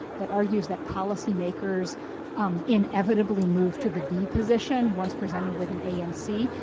that argues that policy makers inevitably move to the b position once presented with an a and c.